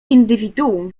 indywiduum